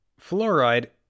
Fluoride